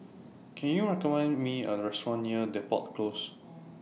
Can YOU recommend Me A Restaurant near Depot Close